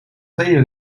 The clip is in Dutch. tweede